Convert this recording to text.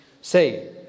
Say